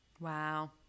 Wow